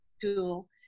tool